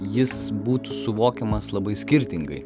jis būtų suvokiamas labai skirtingai